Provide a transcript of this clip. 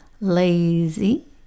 lazy